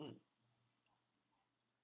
mm